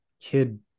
kid